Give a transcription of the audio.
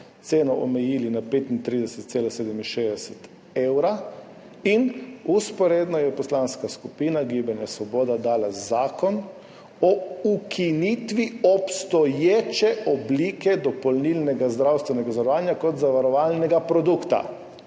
ceno omejili na 35,67 evra in vzporedno je Poslanska skupina Gibanje Svoboda dala zakon o ukinitvi obstoječe oblike dopolnilnega zdravstvenega zavarovanja kot zavarovalnega produkta.